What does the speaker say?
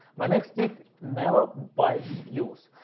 my next tip, never buy views.